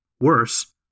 Worse